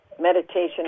meditation